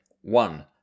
one